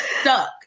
stuck